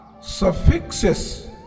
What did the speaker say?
suffixes